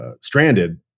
stranded